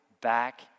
back